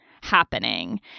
happening